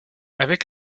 avec